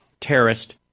terrorist